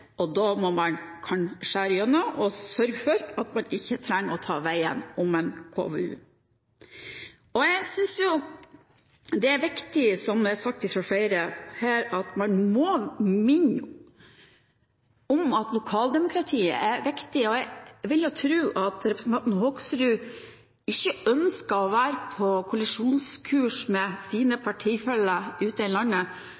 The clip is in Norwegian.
og da må man kunne skjære igjennom og sørge for at man ikke trenger å ta veien om en KVU. Jeg synes det er viktig, som flere her har sagt, å minne om at lokaldemokratiet er viktig, og jeg vil tro at representanten Hoksrud ikke ønsker å være på kollisjonskurs med